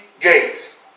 gates